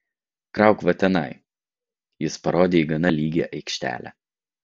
krauk va tenai jis parodė į gana lygią aikštelę